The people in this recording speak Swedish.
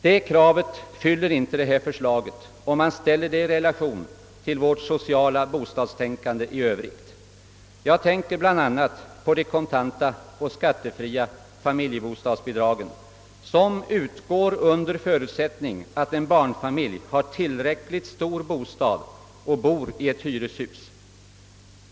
Det kravet fyller inte detta förslag, om man ställer det i relation till vårt sociala bostadstänkande i övrigt. Jag tänker bl.a. på de kontanta och skattefria familjebostadsbidragen, som utgår under förutsättning att en barnfamilj har tillräck ligt stor bostad och bor i ett hyreshus.